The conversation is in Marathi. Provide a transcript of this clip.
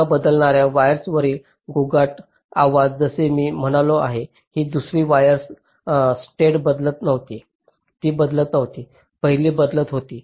न बदलणार्या वायर्सवरील गोंगाट जसे मी म्हणालो आहे ही दुसरी वायर राज्य बदलत नव्हती ती बदलत नव्हती पहिला बदलत होती